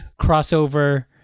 crossover